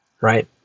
right